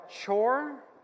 chore